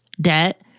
debt